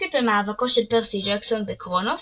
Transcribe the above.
עוסקת במאבקו של פרסי ג'קסון בקרונוס,